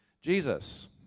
Jesus